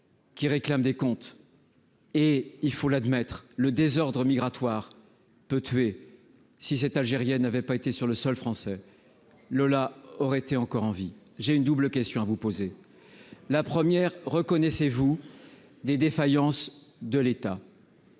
qui réclame des comptes et il faut l'admettre le désordre migratoire peut tuer si cette algérienne avait pas été sur le sol français le là aurait été encore en vie, j'ai une double question à vous poser : la première, reconnaissez-vous des défaillances de l'État.